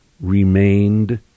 remained